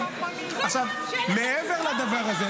כל פעם שאין לך תשובה,